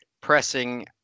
pressing